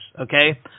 okay